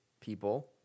people